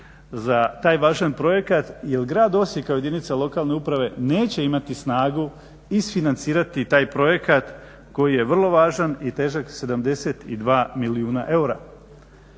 za taj važan projekat jer grad Osijek kao jedinica lokalne uprave neće imati snagu isfinancirati taj projekat koji je vrlo važan i težak 72 milijuna eura.